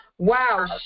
Wow